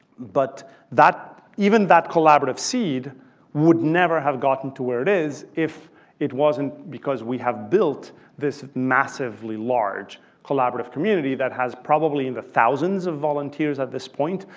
but even that collaborative seed would never have gotten to where it is if it wasn't because we have built this massively large collaborative community that has probably in the thousands of volunteers, at this point,